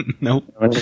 Nope